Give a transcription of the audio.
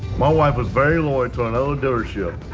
while i was very loyal to an older show.